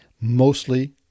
mostly